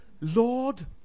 Lord